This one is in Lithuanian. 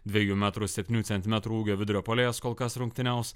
dviejų metrų septynių centimetrų ūgio vidurio puolėjas kol kas rungtyniaus